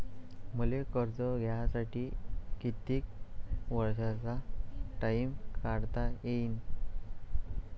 मले कर्ज घ्यासाठी कितीक वर्षाचा टाइम टाकता येईन?